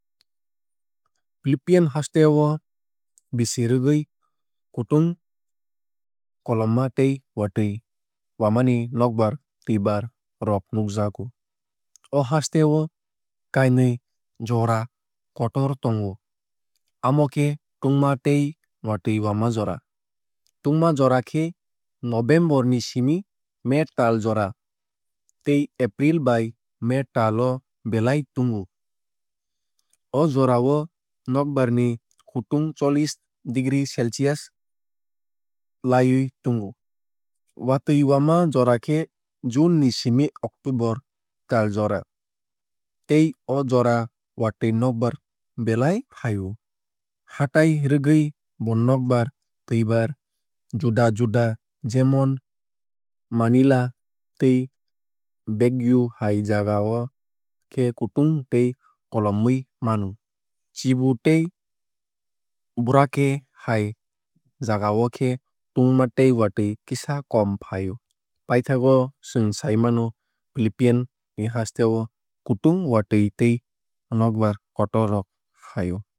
Philippine hasteo bisi rwgui kutung koloma tei watui wamani nokbar twuibar rok nukjago. O haste o kainui jora kotor tongo amo khe tungma tei watui wama jora. Tungma jora khe november ni simi may tal jora tei april bai may tal o belai tungo. O jorao nokbar ni kutung chollish degree celcius laiwui tungo. Watui wama jora khe june ni simi october tal jora tei o jora watui nokbar belai fai o. Hatai rwgui bo nokbar twuibar juda juda jemon manila tei baguio hai jagao khe kutung tei kolomwui mano. Cebu tei boracay hai jagao khe tungma tei watui kisa kom fai o. Paithakgo chwng sai mano philippine ni haste o kutung watui tei nokbar kotor rok fai o.